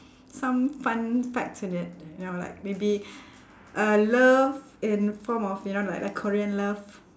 some fun facts in it you know like maybe a love in form of you know like like korean love